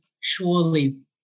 surely